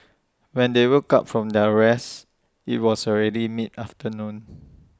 when they woke up from their rest IT was already mid afternoon